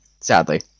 Sadly